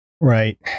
Right